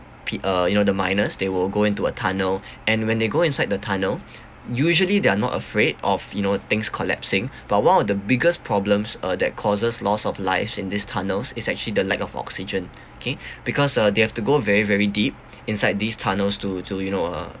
p~ uh you know the miners they will go into a tunnel and when they go inside the tunnel usually they are not afraid of you know things collapsing but one of the biggest problems uh that causes loss of life in these tunnels is actually the lack of oxygen kay because uh they have to go very very deep inside these tunnels to to you know uh